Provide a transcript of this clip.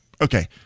Okay